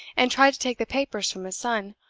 and tried to take the papers from his son.